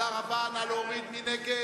מי נגד?